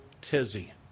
tizzy